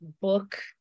book